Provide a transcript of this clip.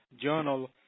journal